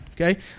Okay